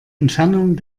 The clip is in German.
entfernung